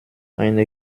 eine